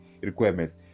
requirements